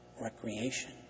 Recreation